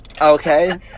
Okay